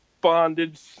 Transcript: bondage